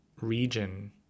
region